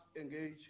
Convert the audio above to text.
engage